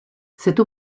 cette